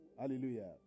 Hallelujah